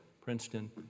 Princeton